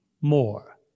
more